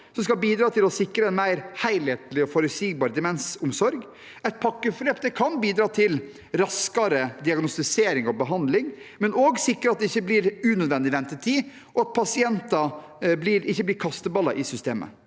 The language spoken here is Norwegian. som skal bidra til å sikre en mer helhetlig og forutsigbar demensomsorg. Et pakkeforløp kan bidra til raskere diagnostisering og behandling og sikre at det ikke blir unødvendig ventetid, og at pasienter ikke blir kasteballer i systemet.